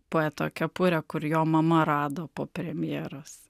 poeto kepurę kur jo mama rado po premjeros